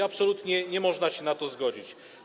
Absolutnie nie można się na to zgodzić.